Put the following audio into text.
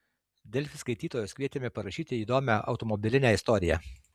delfi skaitytojus kvietėme parašyti įdomią automobilinę istoriją